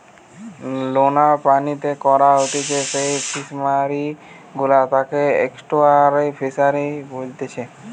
লোনা পানিতে করা হতিছে যেই ফিশারি গুলা তাকে এস্টুয়ারই ফিসারী বলেতিচ্ছে